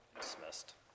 Dismissed